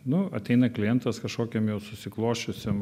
nu ateina klientas kažkokiam jau susiklosčiusiam